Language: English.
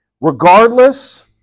regardless